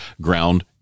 ground